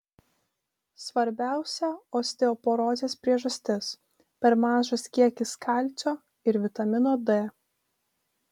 svarbiausia osteoporozės priežastis per mažas kiekis kalcio ir vitamino d